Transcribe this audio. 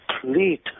Complete